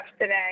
today